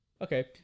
Okay